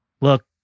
look